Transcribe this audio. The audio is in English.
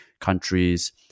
countries